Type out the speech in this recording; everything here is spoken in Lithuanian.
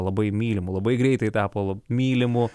labai mylimu labai greitai tapo mylimu